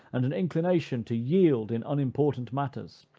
and an inclination to yield in unimportant matters,